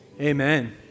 amen